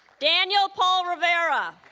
daniel paul rivera